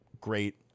great